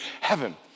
heaven